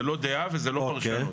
זה לא דעה וזה לא פרשנות.